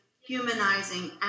humanizing